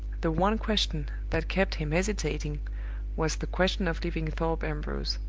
the one question that kept him hesitating was the question of leaving thorpe ambrose.